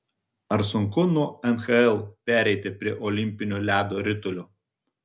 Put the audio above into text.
ar sunku nuo nhl pereiti prie olimpinio ledo ritulio